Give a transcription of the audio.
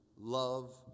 love